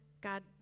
God